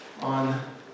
on